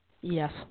Yes